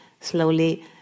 slowly